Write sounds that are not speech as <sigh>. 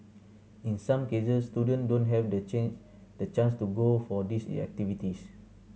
in some cases student don't have the change the chance to go for these <unintelligible> activities